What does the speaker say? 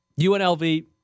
UNLV